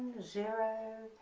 zero,